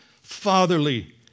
fatherly